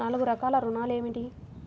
నాలుగు రకాల ఋణాలు ఏమిటీ?